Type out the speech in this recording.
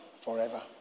forever